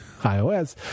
iOS